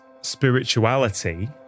spirituality